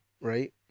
Right